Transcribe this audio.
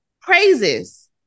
praises